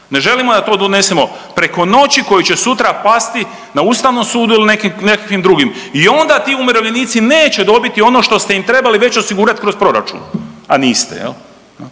ne želimo da to donesemo preko noći koji će sutra pasti na ustavnom sudu ili nekim, nekakvim drugim i onda ti umirovljenici neće dobiti ono što ste im trebali već osigurat kroz proračun, a niste jel.